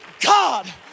God